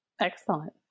Excellent